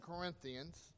Corinthians